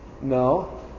No